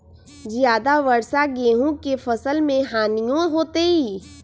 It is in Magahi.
ज्यादा वर्षा गेंहू के फसल मे हानियों होतेई?